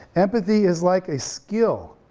empathy is like a skill.